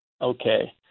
okay